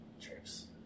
Cheers